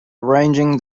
arranging